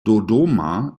dodoma